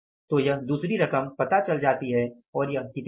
तो यह दूसरी रकम पता चल जाती है और यह कितनी होगी